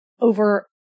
over